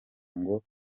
ngo